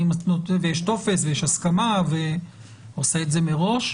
יש טופס ויש הסכמה והוא עושה את זה מראש,